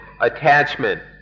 attachment